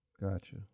Gotcha